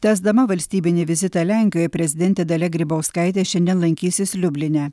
tęsdama valstybinį vizitą lenkijoje prezidentė dalia grybauskaitė šiandien lankysis liubline